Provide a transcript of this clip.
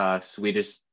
Swedish